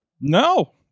no